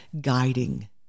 guiding